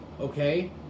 okay